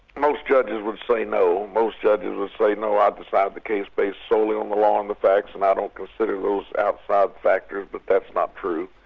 most judges would say no most judges would say no, i've decided the case based solely on the law and the facts, and i don't consider those outside factors but that's not true.